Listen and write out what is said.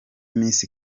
miss